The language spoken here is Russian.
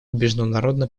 международно